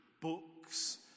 books